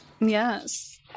Yes